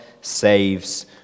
saves